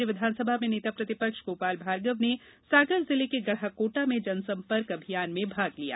राज्य विधानसभा में नेता प्रतिपक्ष गोपाल भार्गव ने सागर जिले के गढ़ाकोटा में जनसंपर्क अभियान में भाग लिया